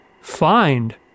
find